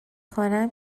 کنم